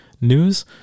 news